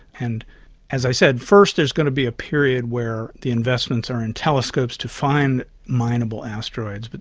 and as i said, first there's going to be a period where the investments are in telescopes to find mineable asteroids, but